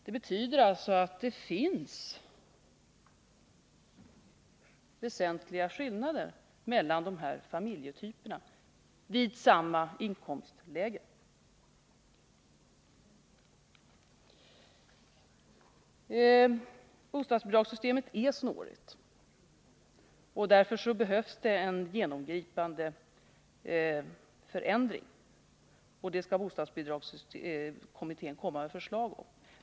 Det betyder alltså att det finns väsentliga skillnader mellan de här familjetyperna vid samma inkomstläge. Bostadsbidragssystemet är snårigt. Därför behövs det en genomgripande förändring, och den skall bostadsbidragskommittén komma med förslag om.